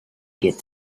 get